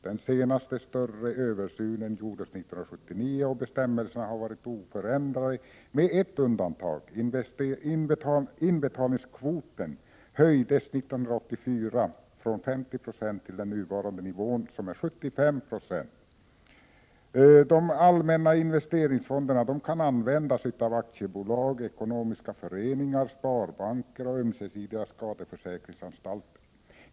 Den senaste större översynen gjordes 1979, och bestämmelserna har varit oförändrade, med ett undantag: inbetalningskvoten höjdes 1984 från 50 2 till den nuvarande nivån, som är 75 I. De allmänna investeringsfonderna kan användas av aktiebolag, ekonomiska föreningar, sparbanker och ömsesidiga skadeförsäkringsanstalter.